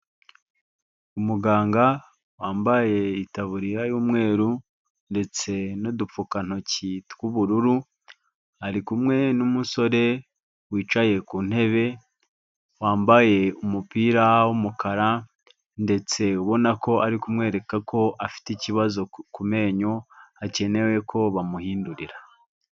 Umuganga wambaye itaburiya y'umweru ndetse n'udupfukantoki tw'ubururu, ari kumwe n'umusore wicaye ku ntebe wambaye umupira w'umukara, ndetse ubona ko ari kumwereka ko afite ikibazo ku menyo hakenewe ko bamuhindurira.